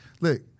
look